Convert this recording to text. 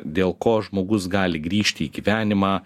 dėl ko žmogus gali grįžti į gyvenimą